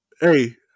Hey